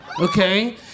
okay